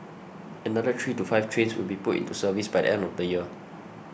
another three to five trains will be put into service by the end of the year